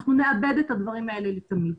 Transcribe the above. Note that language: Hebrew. אנחנו נאבד את הדברים האלה לתמיד.